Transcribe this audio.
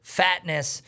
fatness